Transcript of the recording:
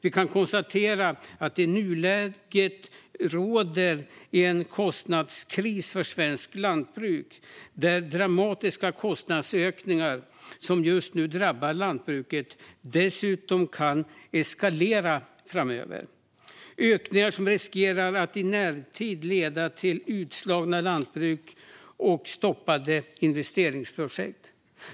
Vi kan konstatera att det i nuläget råder en kostnadskris för svenskt lantbruk, där de dramatiska kostnadsökningar som just nu drabbar lantbruket dessutom kan eskalera framöver. Det är ökningar som riskerar att i närtid leda till utslagna lantbruk och stoppade investeringsprojekt.